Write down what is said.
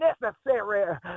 necessary